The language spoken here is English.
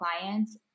clients